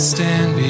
stand